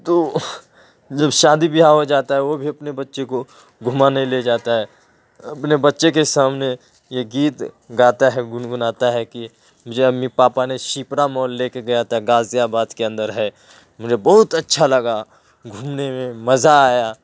تو جب شادی بیاہ ہو جاتا ہے وہ بھی اپنے بچے کو گھمانے لے جاتا ہے اپنے بچے کے سامنے یہ گیت گاتا ہے گنگناتا ہے کہ مجھے امی پاپا نے شپرا مال لے کے گیا تھا غازی آباد کے اندر ہے مجھے بہت اچھا لگا گھومنے میں مزہ آیا